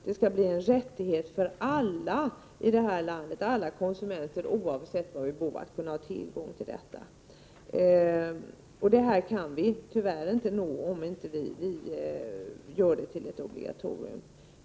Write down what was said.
Det skall vara en rättighet för alla konsumenter här i landet, oavsett var de bor, att ha tillgång till konsumentvägledning. Dit kan vi tyvärr inte nå, om vi inte gör konsumentverksamheten till en obligatorisk uppgift för kommunerna.